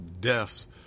deaths